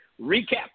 recap